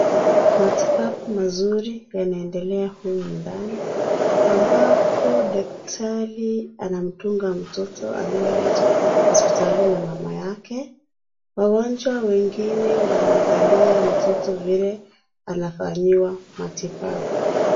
Matibabu mazuri yanaendelea humu ndani ambapo daktari anamdunga mtoto aliyeletwa hospitalini na mama yake, wagonjwa wengine wanaangalia mtoto vile anafanyiwa matibabu.